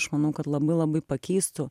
aš manau kad labai labai pakeistų